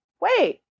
wait